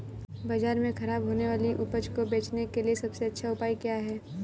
बाजार में खराब होने वाली उपज को बेचने के लिए सबसे अच्छा उपाय क्या है?